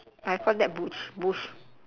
I call that bush bush